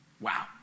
Wow